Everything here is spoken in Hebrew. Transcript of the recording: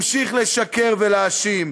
המשיך לשקר ולהאשים,